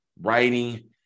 writing